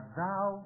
thou